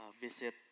visit